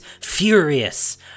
furious